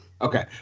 Okay